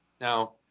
Now